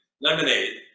lemonade